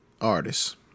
artists